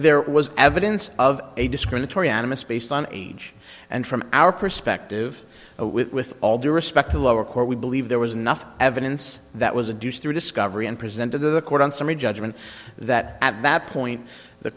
there was evidence of a discriminatory animus based on age and from our perspective with with all due respect to lower court we believe there was enough evidence that was a deuce through discovery and presented to the court on summary judgment that at that point the